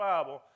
Bible